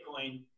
Bitcoin